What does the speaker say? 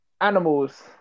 animals